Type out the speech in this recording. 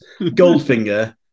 Goldfinger